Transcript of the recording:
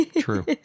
true